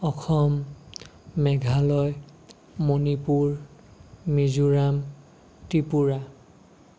Assam Meghalaya Manipur Mizoram Tripura